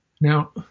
Now